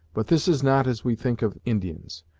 but this is not as we think of indians.